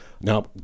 Now